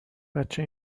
بچه